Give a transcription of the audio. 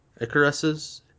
Icaruses